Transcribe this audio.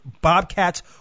Bobcats